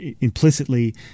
implicitly